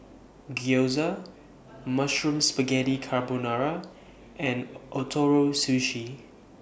Gyoza Mushroom Spaghetti Carbonara and Ootoro Sushi